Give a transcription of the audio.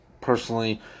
personally